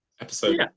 Episode